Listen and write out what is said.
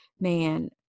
man